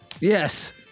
Yes